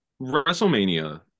WrestleMania